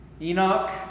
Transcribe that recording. Enoch